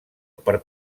per